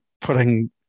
putting